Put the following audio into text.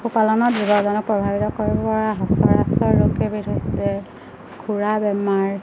পশুপালনত যোগাজনক প্ৰভাৱিত কৰিব পৰা সচৰাচৰ ৰোগ কেইবিধ হৈছে খুৰা বেমাৰ